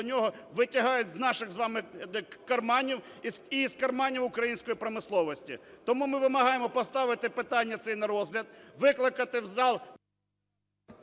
нього витягають з наших з вами карманів і з карманів української промисловості. Тому ми вимагаємо поставити питання це на розгляд, викликати в зал…